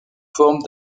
forme